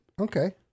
Okay